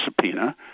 subpoena